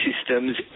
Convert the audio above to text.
systems